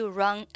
run